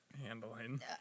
handling